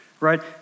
Right